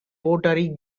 pottery